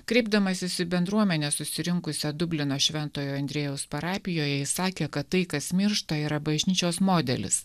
kreipdamasis į bendruomenę susirinkusią dublino šventojo andriejaus parapijoje jis sakė kad tai kas miršta yra bažnyčios modelis